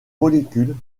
molécules